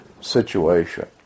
situation